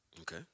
Okay